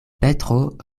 petro